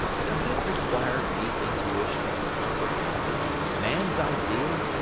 does it require deep intuition to comprehend that man's ideas,